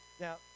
Now